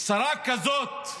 שרה כזאת,